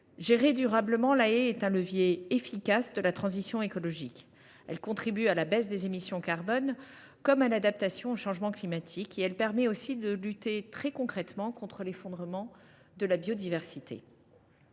Gérée durablement, la haie est un levier efficace de la transition écologique. Elle contribue à la baisse des émissions carbone comme à l’adaptation au changement climatique et elle permet de lutter très concrètement contre l’effondrement de la biodiversité.